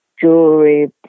Jewelry